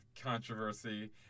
controversy